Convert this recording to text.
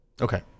Okay